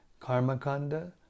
Karmakanda